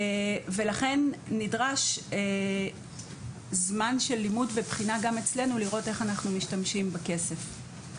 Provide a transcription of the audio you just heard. ולכן נדרש זמן של לימוד ובחינה גם אצלנו לראות איך אנחנו משתמשים בכסף.